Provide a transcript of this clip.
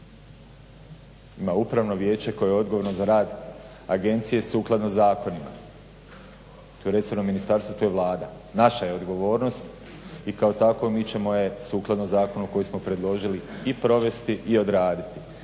ima upravno vijeće koje je odgovorno za rad agencije sukladno zakonima. To je resorno ministarstvo i to je Vlada. Naša je odgovornost i kao takvu mi ćemo je sukladno zakonu koji smo predložili i provesti i odraditi.